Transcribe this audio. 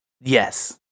yes